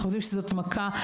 אנחנו יודעים שזאת מכה.